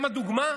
הם הדוגמה?